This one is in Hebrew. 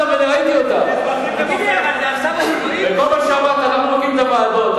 בכל מה שאמרת אנחנו נוגעים בוועדות.